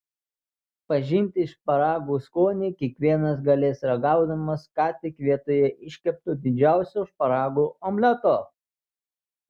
pažinti šparagų skonį kiekvienas galės ragaudamas ką tik vietoje iškepto didžiausio šparagų omleto